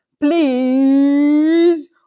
please